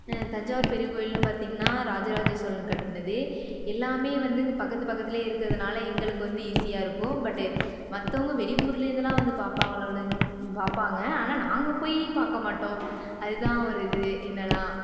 தஞ்சாவூர் பெரிய கோவில்னு பார்த்திங்கன்னா ராஜராஜ சோழன் கட்டினது எல்லாமே வந்து இங்கே பக்கத்து பக்கத்துலேயே இருக்கிறதுனால எங்களுக்கு வந்து ஈஸியாக இருக்கும் பட் மற்றவங்க வெளியூரில் இருந்தெலாம் வந்து பார்ப்பாங்கள ஒளிஞ் பார்ப்பாங்க ஆனால் நாங்கள் போய் பார்க்க மாட்டோம் அது தான் ஒரு இது என்னன்னா